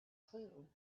clue